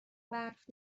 برف